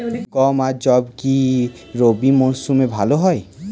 গম আর যব কি রবি মরশুমে ভালো হয়?